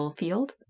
field